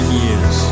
years